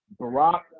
Barack